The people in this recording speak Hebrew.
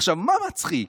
עכשיו, מה מצחיק?